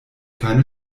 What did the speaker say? keine